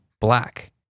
black